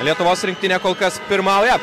lietuvos rinktinė kol kas pirmauja